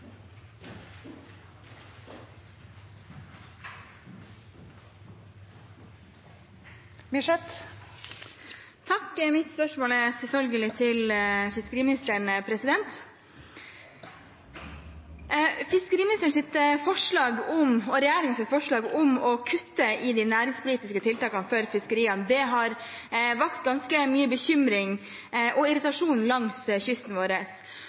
Mitt spørsmål går selvfølgelig til fiskeriministeren. Fiskeriministeren og regjeringens forslag om å kutte i de næringspolitiske tiltakene for fiskeriene har vakt ganske mye bekymring og irritasjon langs kysten vår.